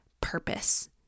purpose